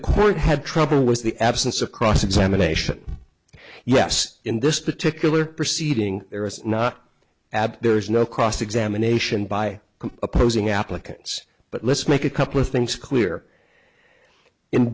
court had trouble with the absence of cross examination yes in this particular proceeding there is not ad there is no cross examination by opposing applicants but let's make a couple of things clear in